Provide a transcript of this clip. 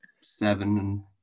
seven